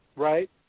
right